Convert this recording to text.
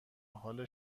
حال